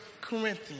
Corinthians